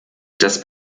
das